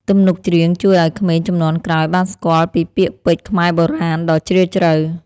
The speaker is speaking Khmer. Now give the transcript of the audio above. ទំនុកច្រៀងជួយឱ្យក្មេងជំនាន់ក្រោយបានស្គាល់ពីពាក្យពេចន៍ខ្មែរបុរាណដ៏ជ្រាលជ្រៅ។